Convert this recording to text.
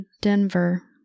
Denver